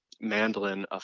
mandolin